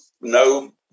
no